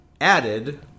added